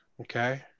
Okay